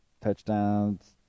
touchdowns